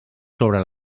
sobre